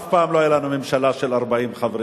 אף פעם לא היתה לנו ממשלה של 40 חברים.